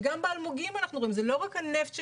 וגם באלמוגים אנחנו רואים זה לא רק הנפט שמזהם,